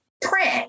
print